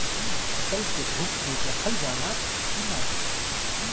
फसल के धुप मे रखल जाला कि न?